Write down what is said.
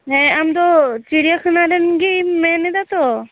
ᱦᱮᱸ ᱟᱢ ᱫᱚ ᱪᱤᱲᱭᱟᱠᱷᱟᱱᱟ ᱨᱮᱱ ᱜᱮᱢ ᱢᱮᱱᱮᱫᱟ ᱛᱚ